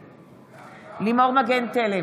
נגד לימור מגן תלם,